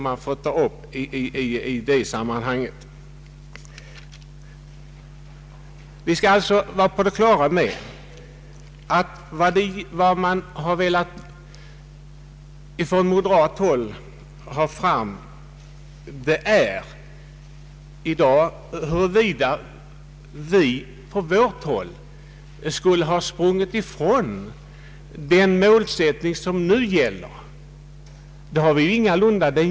Vi skall vara på det klara med att vad man från moderat håll har velat få fram är att vi skulle ha sprungit ifrån den målsättning som nu gäller. Det har vi ingalunda gjort.